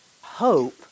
hope